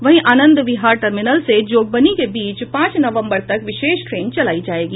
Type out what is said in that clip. वहीं आनंद विहार टर्मिनल से जोगबनी के बीच पांच नवम्बर तक विशेष ट्रेन चलायी जाएगी